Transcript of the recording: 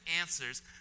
answers